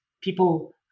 people